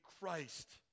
Christ